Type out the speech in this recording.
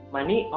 Money